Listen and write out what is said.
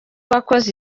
wakoze